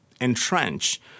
entrench